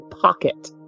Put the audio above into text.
pocket